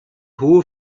hohe